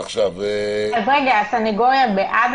רגע, הסנגוריה בעד